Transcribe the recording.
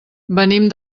venim